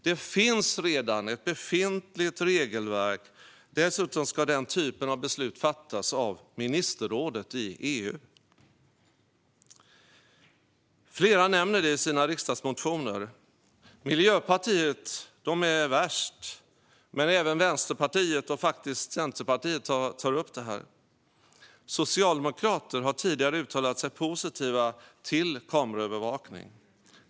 Det finns redan ett befintligt regelverk. Dessutom ska den typen av beslut fattas av ministerrådet i EU. Flera nämner det i sina riksdagsmotioner. Miljöpartiet är värst, men även Vänsterpartiet och faktiskt Centerpartiet tar upp det. Socialdemokrater har tidigare uttalat sig positiva till kameraövervakning.